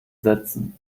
setzen